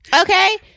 Okay